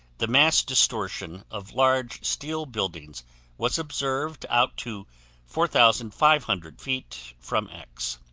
the mass distortion of large steel buildings was observed out to four thousand five hundred feet from x.